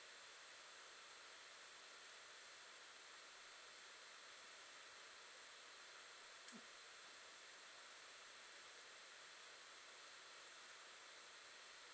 mm